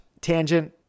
tangent